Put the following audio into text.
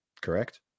correct